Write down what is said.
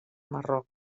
marroc